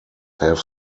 have